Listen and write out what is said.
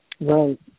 Right